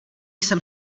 jsem